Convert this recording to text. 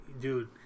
dude